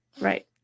right